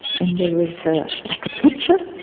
and there was a like pitcher,